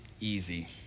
easy